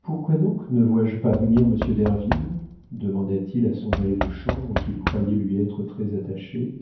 pourquoi donc ne vois-je pas venir monsieur derville demanda-t-il à son valet de chambre qu'il croyait lui être très attaché